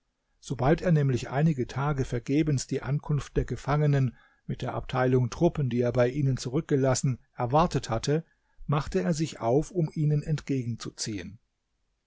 sobald er nämlich einige tage vergebens die ankunft der gefangenen mit der abteilung truppen die er bei ihnen zurückgelassen erwartet hatte machte er sich auf um ihnen entgegenzuziehen